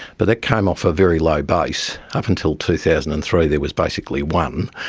but that came off a very low base. up until two thousand and three there was basically one.